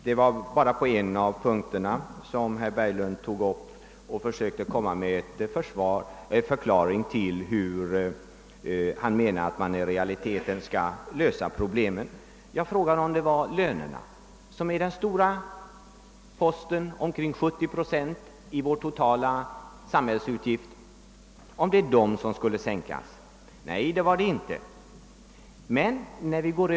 Herr talman! Herr Berglund tog endast upp en av punkterna och försökte förklara hur han menar att man i realiteten skall lösa problemen. Lönerna är den stora posten — cirka 70 procent — i våra totala samhällsutgifter. Jag frågar om det är dessa som skall sänkas. Nej, svarar herr Berglund, det är det inte.